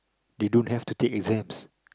they don't have to take exams